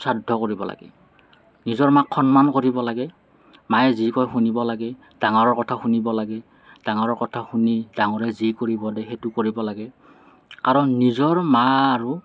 শ্ৰাদ্ধ কৰিব লাগে নিজৰ মাক সন্মান কৰিব লাগে মায়ে যি কয় শুনিব লাগে ডাঙৰৰ কথা শুনিব লাগে ডাঙৰৰ কথা শুনি ডাঙৰে যি কৰিব দিয়ে সেইটো কৰিব লাগে কাৰণ নিজৰ মা আৰু